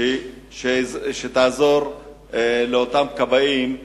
ותעזור לאותם כבאים,